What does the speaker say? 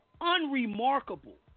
unremarkable